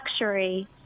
luxury